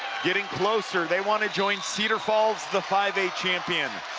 getting closer. they want to join cedar falls, the five a champion,